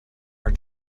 her